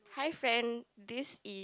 hi friend this is